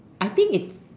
I think it's